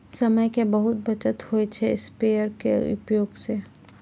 समय के बहुत बचत होय छै स्प्रेयर के उपयोग स